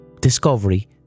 ...discovery